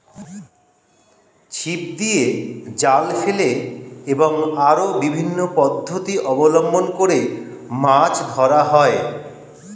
ছিপ দিয়ে, জাল ফেলে এবং আরো বিভিন্ন পদ্ধতি অবলম্বন করে মাছ ধরা হয়